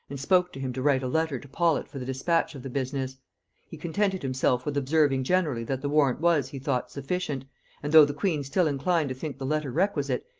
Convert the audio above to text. and spoke to him to write a letter to paulet for the dispatch of the business he contented himself with observing generally, that the warrant was, he thought, sufficient and though the queen still inclined to think the letter requisite,